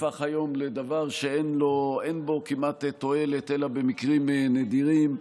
הפך היום לדבר שאין בו כמעט תועלת אלא במקרים נדירים.